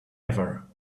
ever